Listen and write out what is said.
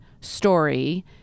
story